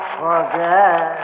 forget